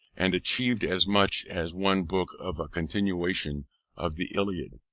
and achieved as much as one book of a continuation of the iliad.